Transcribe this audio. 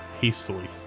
hastily